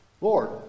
Lord